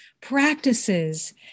practices